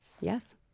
Yes